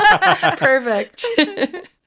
Perfect